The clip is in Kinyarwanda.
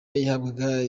yahabwaga